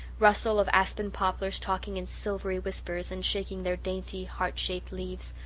rustle of aspen poplars talking in silvery whispers and shaking their dainty, heart-shaped leaves,